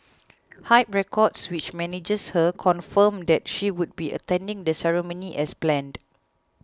Hype Records which manages her confirmed that she would be attending the ceremony as planned